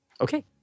okay